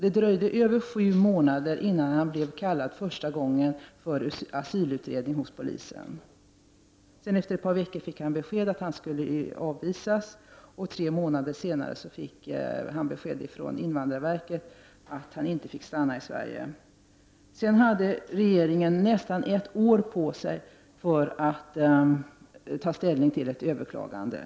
Det dröjde mer än sju månader innan han första gången blev kallad till asylutredning hos polisen. Efter ett par veckor fick han beskedet att han skulle avvisas, och tre månader senare fick han besked från invandrarverket att han inte fick stanna i Sverige. Sedan dröjde det nästan ett år till innan regeringen avslog ett överklagande.